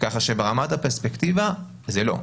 ככה שברמת הפרספקטיבה זה לא.